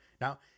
Now